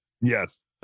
Yes